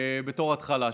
בתור התחלה.